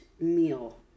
meal